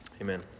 Amen